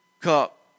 cup